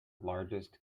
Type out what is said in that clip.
largest